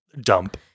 dump